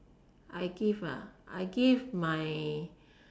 I give I give my